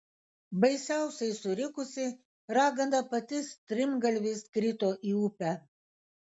baisiausiai surikusi ragana pati strimgalviais krito į upę